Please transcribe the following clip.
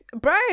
bro